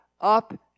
up